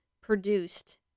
produced